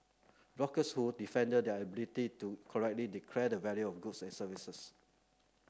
bloggers who defended their inability to correctly declare the value of goods and services